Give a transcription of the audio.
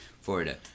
Florida